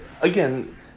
again